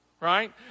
right